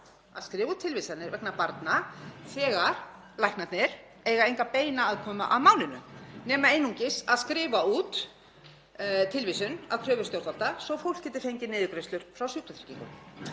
að skrifa tilvísanir vegna barna þegar læknarnir eiga enga beina aðkomu að málinu nema einungis að skrifa út tilvísun að kröfu stjórnvalda svo að fólk geti fengið niðurgreiðslu frá Sjúkratryggingum.